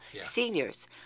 seniors